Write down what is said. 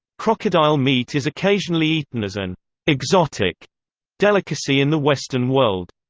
crocodile meat is occasionally eaten as an exotic delicacy in the western world.